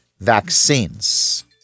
vaccines